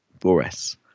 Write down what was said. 4S